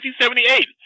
1978